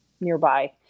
nearby